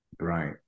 right